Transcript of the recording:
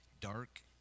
dark